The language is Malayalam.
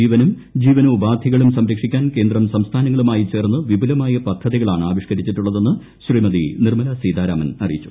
ജീവനും ജീവനോപാധികളും സംരക്ഷിക്കാൻ ്ട്ക്്ദം സംസ്ഥാനങ്ങളുമായി ചേർന്ന് വിപുലമായി പദ്ധതിക്കളിാണ് ് ആവിഷ്ക്കരിച്ചിട്ടുള്ളതെന്ന് ശ്രീമതി നിർമ്മലാ സീതാരാമൻ അ്രിയിച്ചു